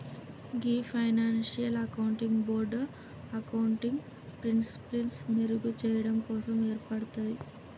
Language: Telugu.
గీ ఫైనాన్షియల్ అకౌంటింగ్ బోర్డ్ అకౌంటింగ్ ప్రిన్సిపిల్సి మెరుగు చెయ్యడం కోసం ఏర్పాటయింది